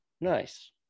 Nice